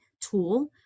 tool